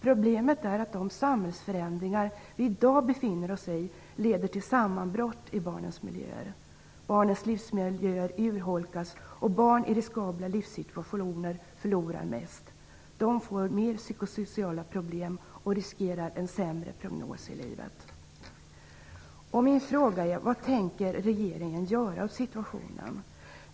Problemet är att de samhällsförändringar som vi i dag befinner oss mitt uppe i leder till sammanbrott i barnens miljöer. Barnens livsmiljöer urholkas. Barn i riskabla livssituationer förlorar mest. De får mera psykosociala problem och riskerar en sämre prognos i livet. Vad tänker regeringen göra åt situationen?